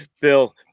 Bill